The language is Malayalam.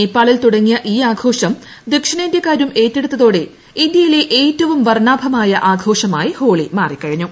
നേപ്പാളിൽ തുടങ്ങിയ ഈ ആഘോഷം ദക്ഷിണേന്ത്യക്കാരും ഏക്റ്റെടുത്തോടെ ഇന്ത്യയിലെ ഏറ്റവും വർണാഭമായ ആഘോഷമായി ഹോളി മാറിക്കഴിഞ്ഞു